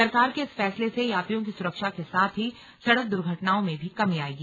सरकार के इस फैसले से यात्रियों की सुरक्षा के साथ ही सड़क दुर्घटनाओं में भी कमी आएगी